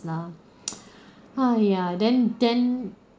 now ah ya then then